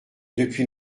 depuis